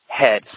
head